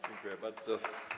Dziękuję bardzo.